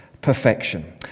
perfection